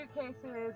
suitcases